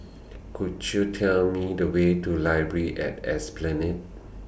Could YOU Tell Me The Way to Library At Esplanade